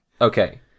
Okay